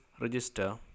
register